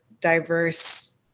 diverse